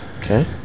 Okay